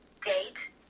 date